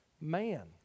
man